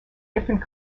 different